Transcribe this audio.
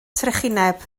trychineb